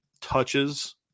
touches